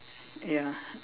ya